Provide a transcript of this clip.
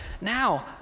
Now